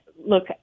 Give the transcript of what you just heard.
look